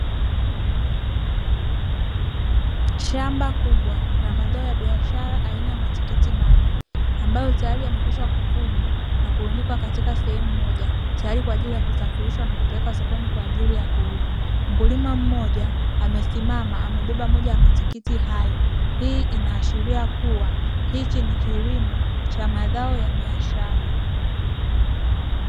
Shamba kubwa la mazao ya biashara aina ya matikiti maji ambayo tayari yamekwisha kuvunwa na kulundikwa katika sehemu moja tayari kwajili ya kusafirishwa na kupelekwa sokoni kwajili ya kuizwa, mkulima mmoja amesimama amebeba moja ya matikiti hayo, hii ina ashiria kuwa hichi ni kilimo cha mazao ya biashara.